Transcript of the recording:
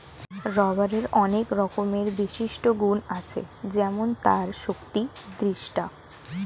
রাবারের অনেক রকমের বিশিষ্ট গুন্ আছে যেমন তার শক্তি, দৃঢ়তা